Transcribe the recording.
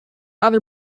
other